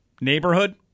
Neighborhood